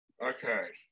Okay